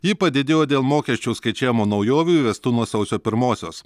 ji padidėjo dėl mokesčių skaičiavimo naujovių įvestų nuo sausio pirmosios